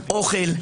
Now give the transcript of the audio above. אוכל,